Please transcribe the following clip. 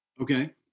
okay